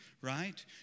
right